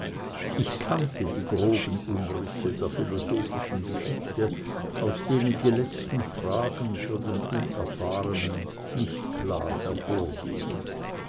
ich kannte die groben umrisse der philosophischen geschichte aus denen die letzten fragen für den unerfahrenen nicht klar hervorgehen